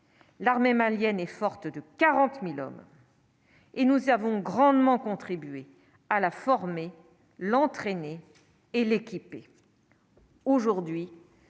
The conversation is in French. L'armée malienne et forte de 40000 hommes. Et nous avons grandement contribué à la former l'entraîner et l'équipe